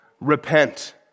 repent